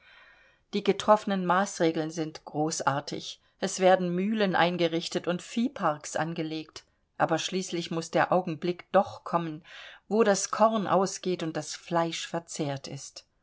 die getroffenen maßregeln sind großartig es werden mühlen eingerichtet und viehparks angelegt aber schließlich muß der augenblick doch kommen wo das korn ausgeht und das fleisch verzehrt ist